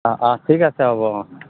অঁ অঁ ঠিক আছে হ'ব অঁ অঁ